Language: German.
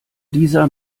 dieser